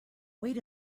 wait